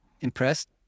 impressed